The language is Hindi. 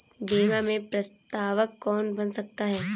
बीमा में प्रस्तावक कौन बन सकता है?